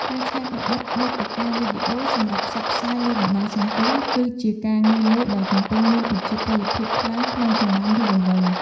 ការច្នៃប្រឌិតមាតិកាវីដេអូសម្រាប់ផ្សព្វផ្សាយលើបណ្តាញសង្គម គឺជាការងារមួយដែលកំពុងមានប្រជាប្រិយភាពខ្លាំងក្នុងចំណោមយុវវ័យ។